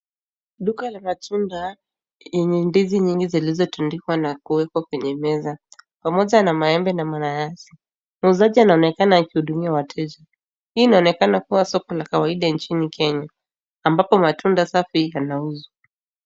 Duka la matunda, yenye ndizi nyingi zilizotundikwa na kuekwa kwenye meza, pamoja na maembe na mananasi. Muuzaji anaonekana akihudumia wateja. Hii inaonekana kua soko la kawaida nchini Kenya, ambapo matunda safi, yanauzwa.